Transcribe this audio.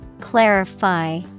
Clarify